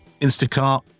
Instacart